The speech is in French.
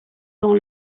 dans